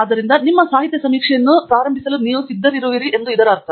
ಆದ್ದರಿಂದ ನಿಮ್ಮ ಸಾಹಿತ್ಯ ಸಮೀಕ್ಷೆಯನ್ನು ಪ್ರಾರಂಭಿಸಲು ನೀವು ಸಿದ್ಧರಾಗಿರುವಿರಿ ಎಂದರ್ಥ